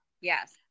Yes